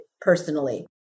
personally